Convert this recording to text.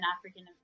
african